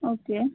okay